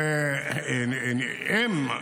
שהם,